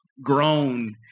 grown